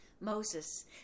moses